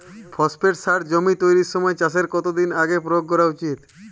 Phosphate সার জমি তৈরির সময় চাষের কত দিন আগে প্রয়োগ করা উচিৎ?